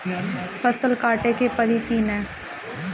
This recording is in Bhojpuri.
फसल काटे के परी कि न?